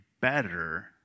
better